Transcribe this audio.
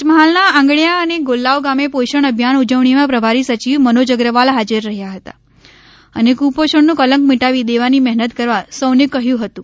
પંચમહાલના આંગળિયા અને ગોલ્લાવ ગામે પોષણ અભિયાન ઉજવણીમાં પ્રભારી સચિવ મનોજ અગ્રવાલ હાજર રહ્યા હતા અને કુપોષણનું કલંક મિટાવી દેવાની મહેનત કરવા સૌને કહ્યું હતું